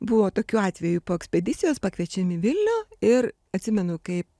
buvo tokių atvejų po ekspedicijos pakviečiam į vilnių ir atsimenu kai